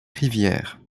rivière